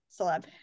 celeb